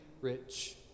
rich